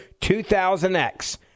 2000X